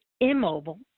immobile